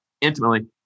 intimately